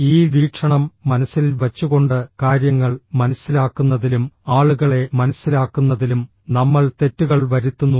ഈ വീക്ഷണം മനസ്സിൽ വച്ചുകൊണ്ട് കാര്യങ്ങൾ മനസ്സിലാക്കുന്നതിലും ആളുകളെ മനസ്സിലാക്കുന്നതിലും നമ്മൾ തെറ്റുകൾ വരുത്തുന്നു